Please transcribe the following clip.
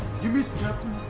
you missed captain!